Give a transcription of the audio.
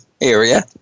area